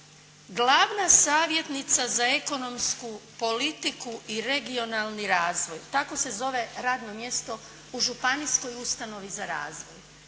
glavna savjetnica za ekonomsku politiku i regionalni razvoj. Tako se zove radno mjesto u županijskoj ustanovi za razvoj.